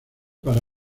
para